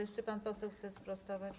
Jeszcze pan poseł chce sprostować.